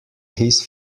his